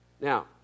Now